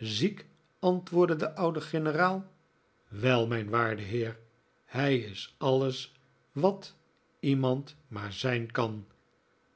ziek antwoordde de oude generaal wel mijn waarde heer hij is alles wat iemand maar zijn kan